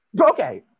okay